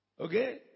Okay